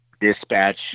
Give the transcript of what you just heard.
dispatch